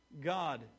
God